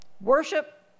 worship